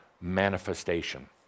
manifestation